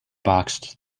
boxed